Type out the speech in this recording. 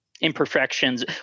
imperfections